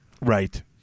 Right